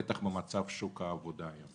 בטח במצב שוק העבודה היום.